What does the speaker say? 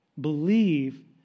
believe